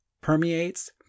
permeates